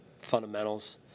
fundamentals